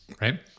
Right